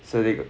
so